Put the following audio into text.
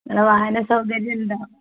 നിങ്ങൾ വാഹനസൗകര്യമുണ്ടോ